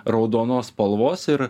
raudonos spalvos ir